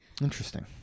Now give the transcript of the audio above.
interesting